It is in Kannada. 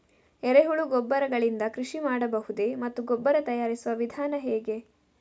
ಎರೆಹುಳು ಗೊಬ್ಬರ ಗಳಿಂದ ಕೃಷಿ ಮಾಡಬಹುದೇ ಮತ್ತು ಗೊಬ್ಬರ ತಯಾರಿಸುವ ವಿಧಾನ ಹೇಗೆ?